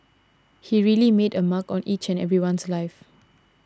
he really made a mark on each and everyone's life